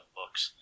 books